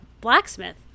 blacksmith